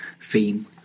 theme